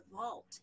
vault